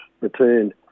returned